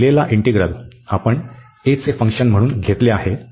तर दिलेला इंटीग्रल आपण a चे फंक्शन म्हणून घेतले आहे